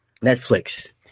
netflix